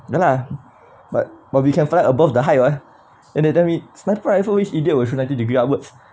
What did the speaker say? ya lah but but we can fly above the height [what] then they tell me sniper rifle which idiot will shoot ninety degree upwards